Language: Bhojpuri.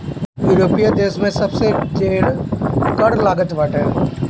यूरोपीय देस में सबसे ढेर कर लागत बाटे